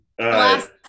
last